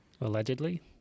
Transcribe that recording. Allegedly